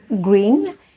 Green